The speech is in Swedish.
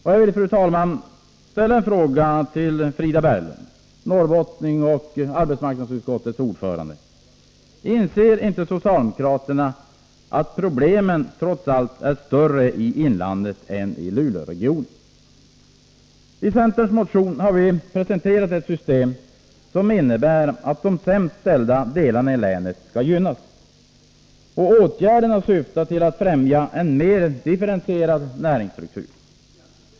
Jag vill fråga Frida Berglund, norrbottning och arbetsmarknadsutskottets ordförande: Inser inte socialdemokraterna att problemen trots allt är större i inlandet än i Luleåregionen? I centerns motion har vi presenterat ett system som innebär att de sämst ställda delarna i länet gynnas, och åtgärderna syftar till att främja en mer differentierad näringsstruktur.